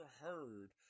heard